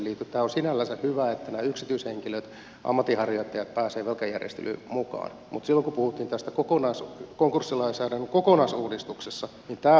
tämä on sinällänsä hyvä että nämä yksityishenkilöt ammatinharjoittajat pääsevät velkajärjestelyyn mukaan mutta silloin kun puhutaan tästä konkurssilainsäädännön kokonaisuudistuksesta niin tämä on se meidän ongelma